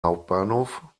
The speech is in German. hauptbahnhof